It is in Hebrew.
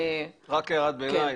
רק הערת ביניים.